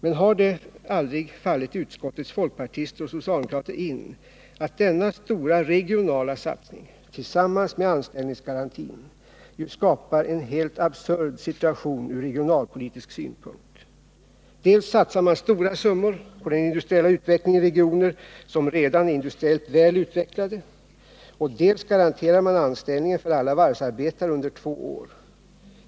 Men har det aldrig fallit utskottets folkpartister och socialdemokrater in att denna stora regionala satsning, tillsammans med anställningsgarantin, skapar en helt absurd situation från regionalpolitisk synpunkt? Dels satsar man stora summor på den industriella utvecklingen i regioner som redan är industriellt väl utvecklade, dels garanterar man anställning för alla varvsarbetare under två år.